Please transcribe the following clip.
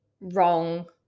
wrong